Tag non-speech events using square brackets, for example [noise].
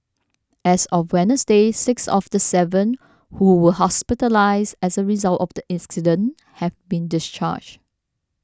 as of winners day six of the seven who were hospitalised as a result of the [unintelligible] have been discharged